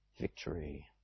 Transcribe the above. victory